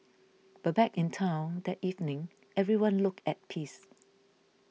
but back in town that evening everyone looked at peace